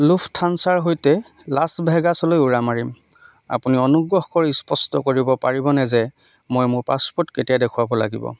লুফথানছাৰ সৈতে লাছ ভেগাছলৈ উৰা মাৰিম আপুনি অনুগ্ৰহ কৰি স্পষ্ট কৰিব পাৰিবনে যে মই মোৰ পাছপোৰ্ট কেতিয়া দেখুৱাব লাগিব